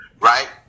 right